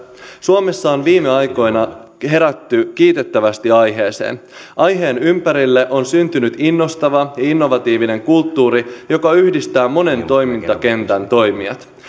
suomessa on viime aikoina herätty kiitettävästi aiheeseen aiheen ympärille on syntynyt innostava ja innovatiivinen kulttuuri joka yhdistää monen toimintakentän toimijat